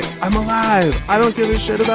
i'm alive! i don't give a shit about